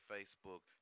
Facebook